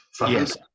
Yes